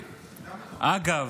אגב,